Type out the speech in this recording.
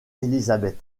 elisabeth